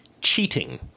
cheating